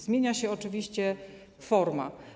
Zmienia się oczywiście forma.